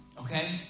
Okay